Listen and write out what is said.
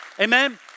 Amen